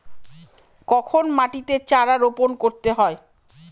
কখন মাটিতে চারা রোপণ করতে হয়?